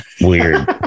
weird